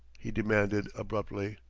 he demanded abruptly.